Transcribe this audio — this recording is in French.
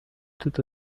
tout